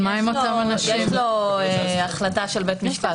יש לו החלטה של בית משפט,